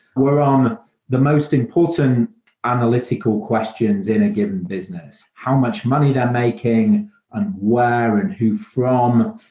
were on the most important analytical questions in a given business. how much money they're making and where and who from?